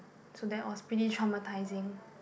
so that was pretty traumatizing